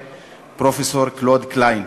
פרופסור קלוד קליין.